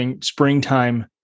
springtime